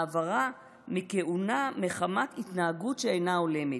העברה מכהונה מחמת התנהגות שאינה הולמת.